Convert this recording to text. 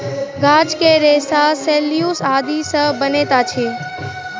गाछ के रेशा सेल्यूलोस आदि सॅ बनैत अछि